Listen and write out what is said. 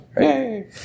Yay